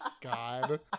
God